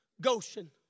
Goshen